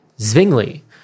Zwingli